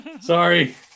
Sorry